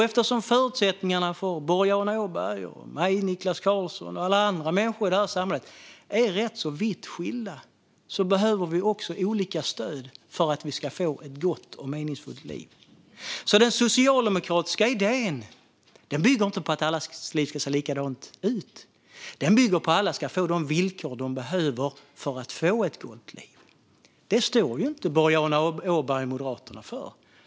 Eftersom förutsättningarna för Boriana Åberg, mig Niklas Karlsson och alla andra människor i samhället är rätt så vitt skilda behöver vi också olika stöd för att få ett gott och meningsfullt liv. Den socialdemokratiska idén bygger alltså inte på att allas liv ska se likadana ut. Den bygger på att alla ska få de villkor de behöver för att få ett gott liv. Detta står inte Boriana Åberg och Moderaterna för.